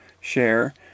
share